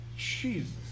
Jesus